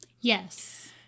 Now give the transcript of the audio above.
Yes